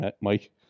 Mike